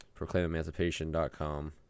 proclaimemancipation.com